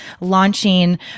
launching